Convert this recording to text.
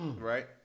right